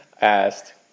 asked